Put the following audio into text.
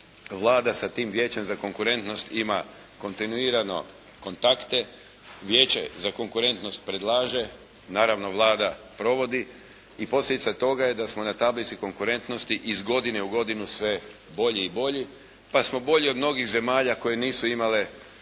Vlada sa tim Vijećem za konkurentnost ima kontinuirano kontakte. Vijeće za konkurentnost predlaže, naravno Vlada provodi i posljedica toga je da smo na tablici konkurentnosti iz godine u godinu sve bolji i bolji pa smo bolji od mnogih zemalja koje nisu imale osam